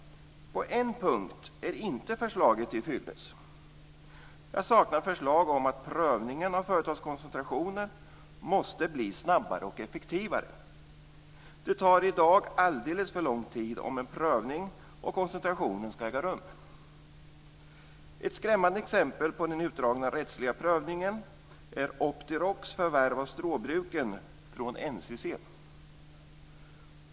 På en punkt är inte förslaget till fyllest. Jag saknar förslag om att prövningen av företagskoncentrationer måste bli snabbare och effektivare. Det tar i dag alldeles för lång tid om en prövning av koncentrationen ska äga rum. Ett skrämmande exempel på utdragen rättslig prövning är Optirocs förvärv av Stråbruken från NCC.